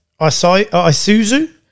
Isuzu